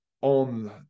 on